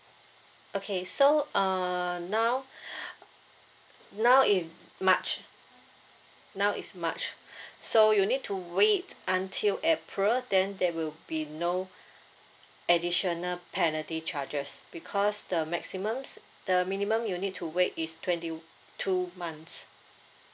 okay so uh now now is march now is march so you need to wait until april then there will be no additional penalty charges because the maximum the minimum you need to wait is twenty two months